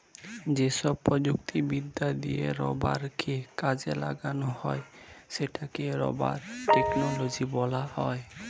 যেসব প্রযুক্তিবিদ্যা দিয়ে রাবারকে কাজে লাগানো হয় সেটাকে রাবার টেকনোলজি বলা হয়